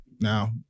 Now